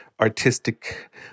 artistic